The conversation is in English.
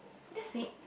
that's sweet